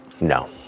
No